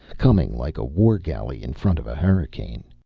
coming like a war-galley in front of a hurricane.